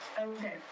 Okay